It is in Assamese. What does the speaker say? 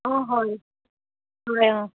অঁ হয় হয় অঁ